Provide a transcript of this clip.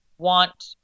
want